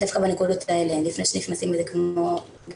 דווקא בנקודות האלה לפני שנכנסים לזה בגדול.